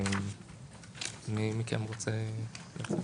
מי מכם רוצה?